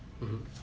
mmhmm